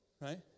right